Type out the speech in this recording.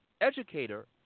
educator